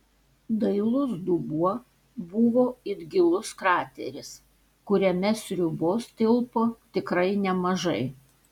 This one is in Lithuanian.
dailus dubuo buvo it gilus krateris kuriame sriubos tilpo tikrai nemažai